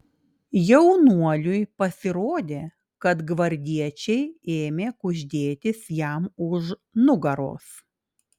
jaunuoliui pasirodė kad gvardiečiai ėmė kuždėtis jam už nugaros